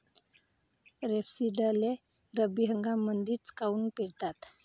रेपसीडले रब्बी हंगामामंदीच काऊन पेरतात?